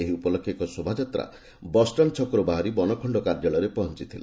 ଏହି ଉପଲକ୍ଷେ ଏକ ଶୋଭାଯାତ୍ରା ବସ୍ଷାଣ୍ଡ ଛକରୁ ବାହାରି ବନଖଣ୍ତ କାର୍ଯ୍ୟାଳୟରେ ପହଞ୍ଚଥିଲା